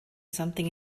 something